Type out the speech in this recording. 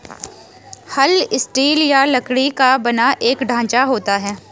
हल स्टील या लकड़ी का बना एक ढांचा होता है